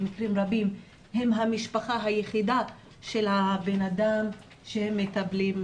במקרים רבים הן המשפחה היחידה של אותו אדם בו הן מטפלות.